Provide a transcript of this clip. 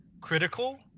critical